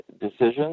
decisions